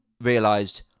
realised